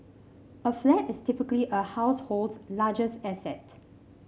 a flat is typically a household's largest asset